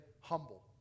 humble